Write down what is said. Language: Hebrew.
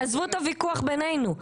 תעזבו את הוויכוח בינינו.